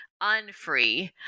unfree